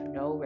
no